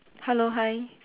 hello hi